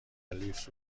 لیفت